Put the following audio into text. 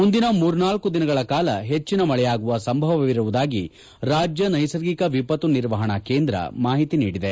ಮುಂದಿನ ಮೂರ್ನಾಲ್ಕು ದಿನಗಳ ಕಾಲ ಹೆಚ್ಚಿನ ಮಳೆಯಾಗುವ ಸಂಭವವಿರುವುದಾಗಿ ರಾಜ್ಯ ನೈಸರ್ಗಿಕ ವಿಪತ್ತು ನಿರ್ವಹಣಾ ಕೇಂದ್ರ ಮಾಹಿತಿ ನೀಡಿದೆ